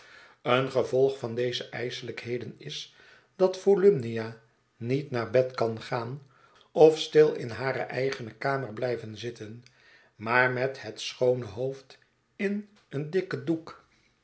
een gevolg van deze ijselijkheden is dat volumnia niet naar bed kan gaan of stil in hare eigene kamer blijven zitten maar met het schoone hoofd in een dikken doek